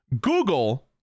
Google